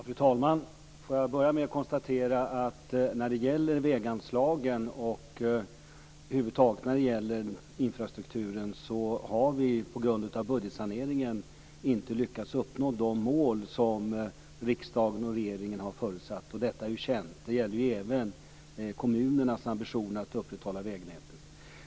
Fru talman! Får jag börja med att konstatera att vi när det gäller väganslagen och infrastrukturen över huvud taget på grund av budgetsaneringen inte har lyckats uppnå de mål som riksdagen och regeringen har förutsatt. Detta är känt. Det gäller även kommunernas ambition att upprätthålla vägnätet.